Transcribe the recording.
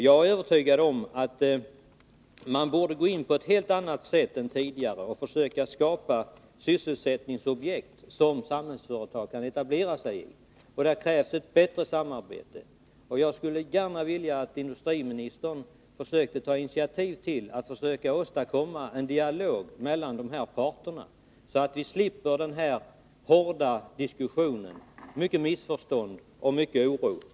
Jag är övertygad om att man borde gå in på ett helt annat sätt än tidigare och försöka skapa sysselsättningsobjekt där Samhällsföretag kan etablera sig. Det krävs emellertid ett bättre samarbete. Jag skulle gärna se att industriministern tog initiativ till att söka åstadkomma en dialog mellan berörda parter, så att vi kunde slippa den hårda diskussion som förekommer, de många missförstånden och den myckna oron.